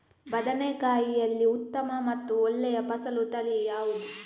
ಬದನೆಕಾಯಿಯಲ್ಲಿ ಉತ್ತಮ ಮತ್ತು ಒಳ್ಳೆಯ ಫಸಲು ತಳಿ ಯಾವ್ದು?